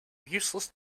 useless